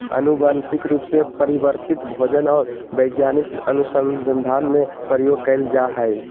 आनुवंशिक रूप से परिवर्तित भोजन और वैज्ञानिक अनुसन्धान में प्रयोग कइल जा हइ